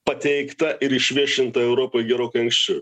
pateikta ir išviešinta europai gerokai anksčiau